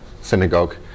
synagogue